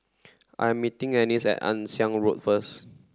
I'm meeting Annice at Ann Siang Road first